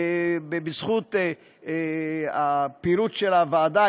בזכות הפירוט של הוועדה,